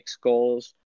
goals